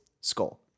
skull